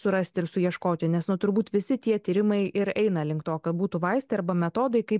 surasti ir suieškoti nes nu turbūt visi tie tyrimai ir eina link to kad būtų vaistai arba metodai kaip